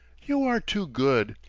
you are too good!